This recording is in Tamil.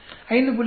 5